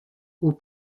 aux